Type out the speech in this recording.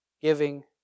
giving